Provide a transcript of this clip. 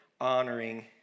honoring